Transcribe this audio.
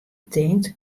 tinkt